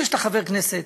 בזה שאתה חבר כנסת,